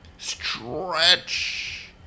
Stretch